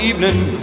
Evening